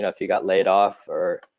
yeah if you got laid off or, ah,